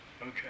Okay